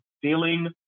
Feeling